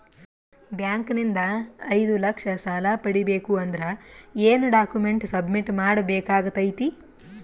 Bank ನಿಂದ ಐದು ಲಕ್ಷ ಸಾಲ ಪಡಿಬೇಕು ಅಂದ್ರ ಏನ ಡಾಕ್ಯುಮೆಂಟ್ ಸಬ್ಮಿಟ್ ಮಾಡ ಬೇಕಾಗತೈತಿ?